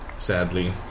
Sadly